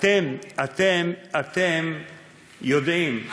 אתם יודעים,